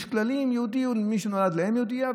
שיש כללים: יהודי הוא מי שנולד לאם יהודייה.